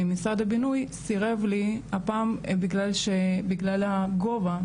משרד הבינוי סירב לי הפעם בגלל הגובה,